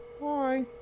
Bye